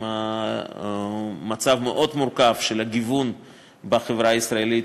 עם המצב המאוד-מורכב של הגיוון בחברה הישראלית,